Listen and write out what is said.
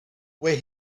where